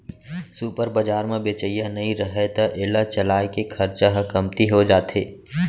super बजार म बेचइया नइ रहय त एला चलाए के खरचा ह कमती हो जाथे